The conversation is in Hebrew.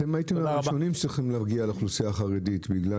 אתם הייתם ראשונים צריכים להגיע לאוכלוסייה החרדית בגלל